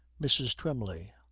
mrs. twymley.